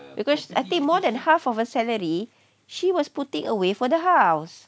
because I think more than half of her salary she was putting away for the house